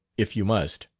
if you must.